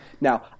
Now